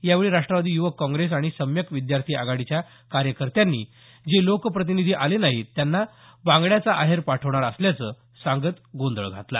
यावेळी राष्ट्रवादी युवक काँग्रेस आणि सम्यक विद्यार्थी आघाडीच्या कार्यकर्त्यांनी जे लोकप्रतिनीधी आले नाहीत त्यांना बांगड्याचा आहेर पाठवणार असल्याचं सांगत गोंधळ घातला